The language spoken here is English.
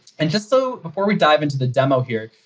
and just so before we dive into the demo here,